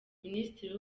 minisitiri